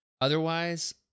Otherwise